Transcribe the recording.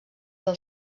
del